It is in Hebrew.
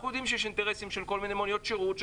אנחנו יודעים שיש אינטרסים של כל מיני מוניות שירות,